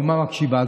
האומה מקשיבה.